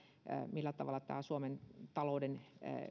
millä tavalla tämä suomen talouden